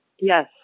Yes